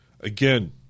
Again